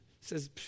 says